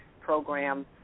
program